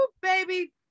Baby